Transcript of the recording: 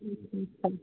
جی ٹھیک ہے